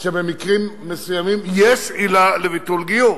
שבמקרים מסוימים יש עילה לביטול גיור.